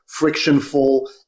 frictionful